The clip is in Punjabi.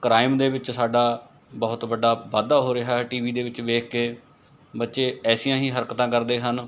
ਕਰਾਈਮ ਦੇ ਵਿੱਚ ਸਾਡਾ ਬਹੁਤ ਵੱਡਾ ਵਾਧਾ ਹੋ ਰਿਹਾ ਟੀ ਵੀ ਦੇ ਵਿੱਚ ਵੇਖ ਕੇ ਬੱਚੇ ਐਸੀਆਂ ਹੀ ਹਰਕਤਾਂ ਕਰਦੇ ਹਨ